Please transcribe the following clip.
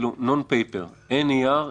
אין נייר,